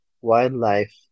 wildlife